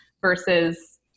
versus